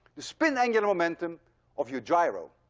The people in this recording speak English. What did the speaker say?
the spin angular momentum of your gyro,